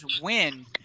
win